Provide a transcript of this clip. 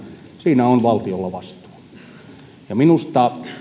siinä on valtiolla vastuu minusta